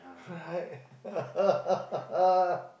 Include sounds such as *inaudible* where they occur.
right *laughs*